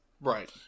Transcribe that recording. Right